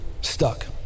stuck